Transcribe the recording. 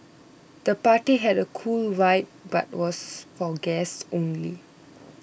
the party had a cool vibe but was for guests only